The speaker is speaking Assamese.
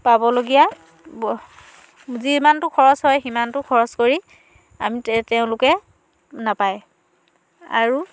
পাবলগীয়া যিমানটো খৰচ হয় সিমানটো খৰচ কৰি আমি তেওঁলোকে নাপায় আৰু